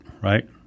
right